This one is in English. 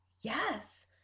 yes